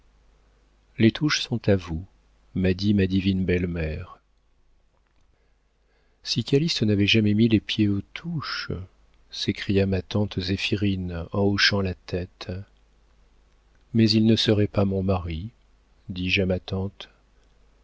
les touches sont à vous m'a dit ma divine belle-mère si calyste n'avait jamais mis le pied aux touches s'écria ma tante zéphirine en hochant la tête mais il ne serait pas mon mari dis-je à ma tante